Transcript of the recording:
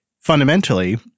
fundamentally